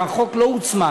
החוק לא הוצמד,